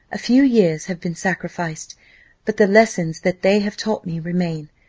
a few years have been sacrificed but the lessons that they have taught me remain.